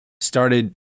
started